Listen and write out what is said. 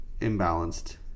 imbalanced